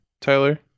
Tyler